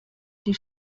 die